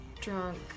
drunk